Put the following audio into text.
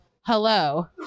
hello